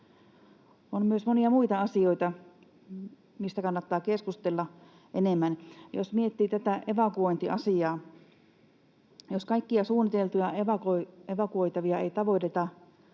On myös monia muita asioita, mistä kannattaa keskustella enemmän. Jos miettii tätä evakuointiasiaa, niin jos kaikkia suunniteltuja evakuoitavia ei tavoiteta